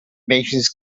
nations